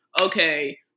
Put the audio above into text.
okay